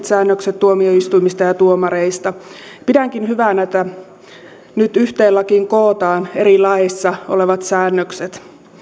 säännökset tuomioistuimista ja tuomareista pidänkin hyvänä että nyt yhteen lakiin kootaan eri laeissa olevat säännökset